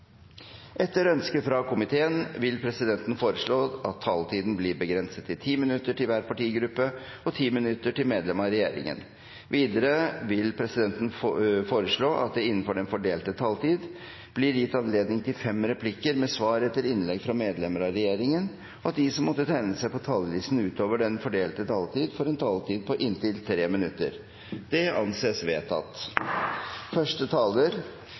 Etter ønske fra arbeids- og sosialkomiteen vil presidenten foreslå at taletiden blir begrenset til 10 minutter til hver partigruppe og 10 minutter til medlemmer av regjeringen. Videre vil presidenten foreslå at det blir gitt anledning til fem replikker med svar etter innlegg fra medlemmer av regjeringen innenfor den fordelte taletid, og at de som måtte tegne seg på talerlisten utover den fordelte taletid, får en taletid på inntil 3 minutter. – Det anses vedtatt.